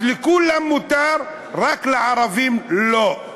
אז לכולם מותר, ורק לערבים לא.